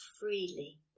freely